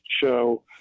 show